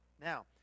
now